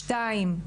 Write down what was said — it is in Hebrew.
שתיים,